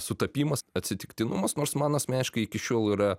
sutapimas atsitiktinumas nors man asmeniškai iki šiol yra